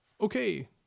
okay